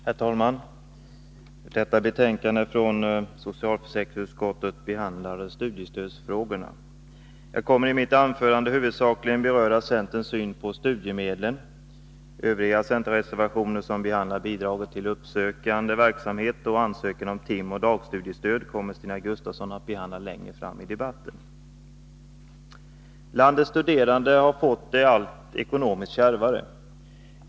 Herr talman! Detta betänkande från socialförsäkringsutskottet behandlar studiestödsfrågor. Jag kommer i mitt anförande huvudsakligen att beröra centerns syn på studiemedlen. Övriga centerreservationer, som gäller bidraget till uppsökande verksamhet och ansökan om timoch dagstudiestöd, kommer Stina Gustavsson att behandla längre fram i debatten. Landets studerande har fått det ekonomiskt allt kärvare.